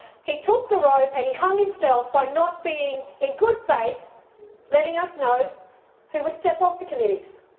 he took the rope and he hung himself by not being in good faith letting us know who would step off the committees.